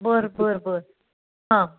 बरं बरं बरं हां